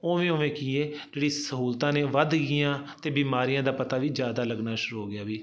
ਉਵੇਂ ਉਵੇਂ ਕੀ ਹੈ ਜਿਹੜੀ ਸਹੂਲਤਾਂ ਨੇ ਉਹ ਵੱਧ ਗਈਆਂ ਅਤੇ ਬਿਮਾਰੀਆਂ ਦਾ ਪਤਾ ਵੀ ਜ਼ਿਆਦਾ ਲੱਗਣਾ ਸ਼ੁਰੂ ਹੋ ਗਿਆ ਵੀ